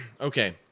Okay